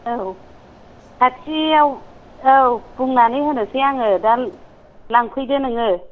औ खाथियाव औ बुंनानै होनोसै आङो दा लांफैदो नोङो